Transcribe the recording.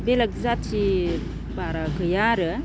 बेलेग जाथि बारा गैया आरो